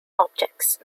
objects